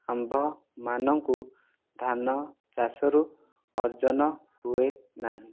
ଆମ୍ଭମାନଙ୍କୁ ଧାନ ଚାଷରୁ ଅର୍ଜନ ହୁଏ ନାହିଁ